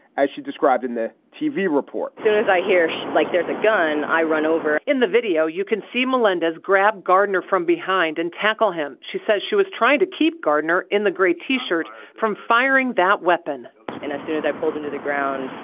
as she described in the tv report soon as i hear she's like, there's a gun i run over in the video, you can see melendez grab gardner from behind and tackle him. she says she was trying to keep gardner in the gray t-shirt from firing that weapon and as soon as i pulled into the ground,